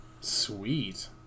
Sweet